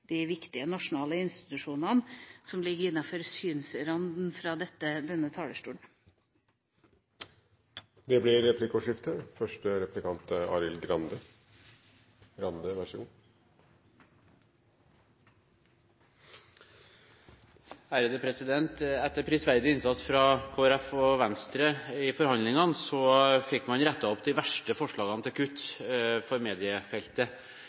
de viktige nasjonale institusjonene som ligger innenfor synsranden fra denne talerstolen. Det blir replikkordskifte. Etter prisverdig innsats fra Kristelig Folkeparti og Venstre i forhandlingene fikk man rettet opp de verste forslagene til kutt på mediefeltet når det gjelder Institutt for